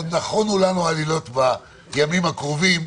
עוד נכונו לנו עלילות בימים הקרובים.